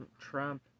Trump